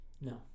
No